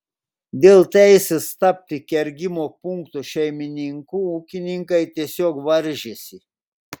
dėl teisės tapti kergimo punkto šeimininku ūkininkai tiesiog varžėsi